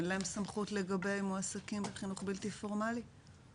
אין להם סמכות לגבי מועסקים בחינוך בלתי פורמלי?